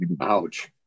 Ouch